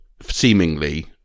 seemingly